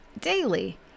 daily